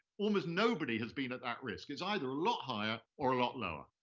almost nobody has been at that risk. it's either a lot higher or a lot lower.